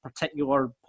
particular